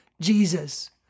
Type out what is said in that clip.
Jesus